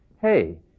hey